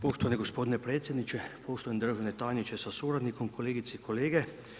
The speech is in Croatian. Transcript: Poštovani gospodine predsjedniče, poštovani državni tajniče sa suradnikom, kolegice i kolege.